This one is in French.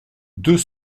deux